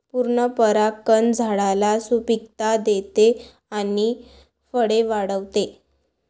पूर्ण परागकण झाडाला सुपिकता देते आणि फळे वाढवते